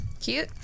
Cute